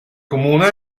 comune